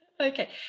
okay